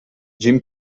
jim